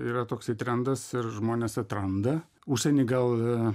yra toks trendas ir žmonės atranda užsieny gal